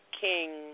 King